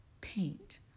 paint